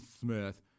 Smith